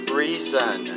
reason